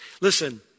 Listen